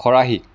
খৰাহি